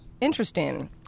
interesting